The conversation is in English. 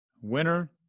Winner